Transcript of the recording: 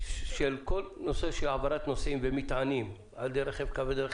של כל נושא העברת נוסעים ומטענים על ידי רכב כבד,